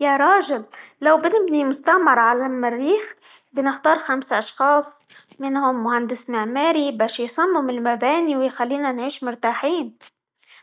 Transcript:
يا راجل لو بنبني مستعمرة على المريخ بنختار خمس أشخاص، منهم مهندس معماري؛ باش يصمم المباني، ويخلينا نعيش مرتاحين،